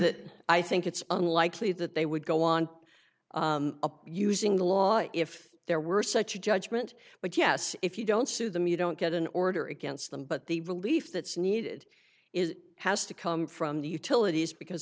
that i think it's unlikely that they would go on using the law if there were such a judgment but yes if you don't sue them you don't get an order against them but the relief that's needed is has to come from the utilities because